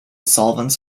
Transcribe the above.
solvents